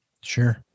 Sure